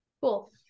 Cool